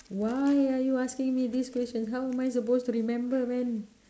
why are you asking me this question how am I suppose to remember man